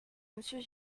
monsieur